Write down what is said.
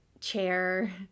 chair